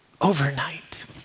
overnight